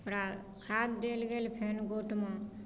ओकरा खाद देल गेल फेन गोटमे